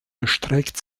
erstreckt